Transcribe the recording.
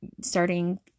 starting